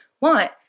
want